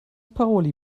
paroli